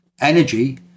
energy